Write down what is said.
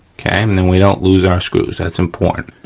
okay, um then we don't lose our screws. that's important.